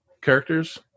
characters